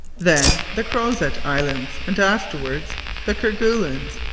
then the crozet islands, and afterwards the kerguelens,